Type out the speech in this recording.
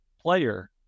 player